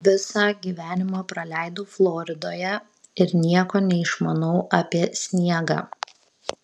visą gyvenimą praleidau floridoje ir nieko neišmanau apie sniegą